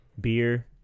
beer